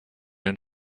den